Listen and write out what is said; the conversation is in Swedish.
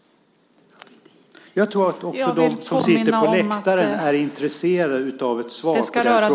Jag tror att också de som sitter på läktaren är intresserade av ett svar på den frågan.